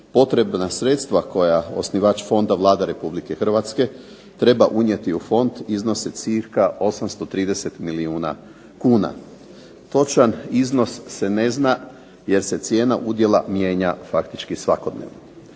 potrebna sredstva koja osnivač fonda Vlada Republike Hrvatske treba unijeti u fond iznose cca 830 milijuna kuna. Točan iznos se ne zna jer se cijena udjela mijenja faktički svakodnevno.